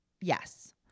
Yes